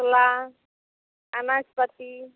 ᱠᱷᱚᱥᱞᱟ ᱟᱱᱟᱡᱽ ᱯᱟᱹᱛᱤ